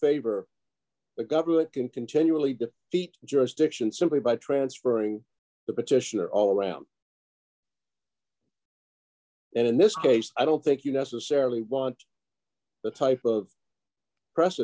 favor the government can continually heat jurisdiction simply by transferring the petitioner all around and in this case i don't think you necessarily want that type of press